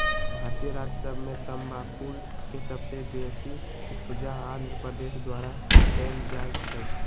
भारतीय राज्य सभ में तमाकुल के सबसे बेशी उपजा आंध्र प्रदेश द्वारा कएल जाइ छइ